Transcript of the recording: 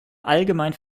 allgemein